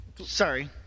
Sorry